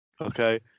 Okay